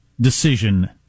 decision